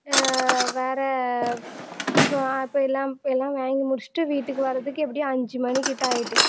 வேறு இப்போ இப்போ எல்லாம் எல்லாம் வாங்கி முடிச்சுட்டு வீட்டுக்கு வர்கிறதுக்கு எப்படியும் அஞ்சு மணி கிட்ட ஆகிட்டு